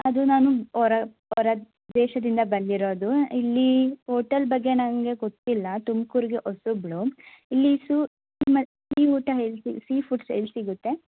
ಅದು ನಾನು ಹೊರ ಹೊರ ದೇಶದಿಂದ ಬಂದಿರೋದು ಇಲ್ಲಿ ಓಟಲ್ ಬಗ್ಗೆ ನನಗೆ ಗೊತ್ತಿಲ್ಲ ತುಮ್ಕೂರಿಗೆ ಹೊಸಬ್ಳು ಇಲ್ಲಿ ಸು ನಿಮ್ಮ ಸೀ ಊಟ ಎಲ್ ಸಿಗ ಸೀ ಫುಡ್ಸ್ ಎಲ್ಲಿ ಸಿಗುತ್ತೆ